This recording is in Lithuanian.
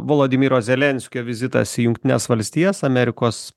volodymyro zelenskio vizitas į jungtines valstijas amerikos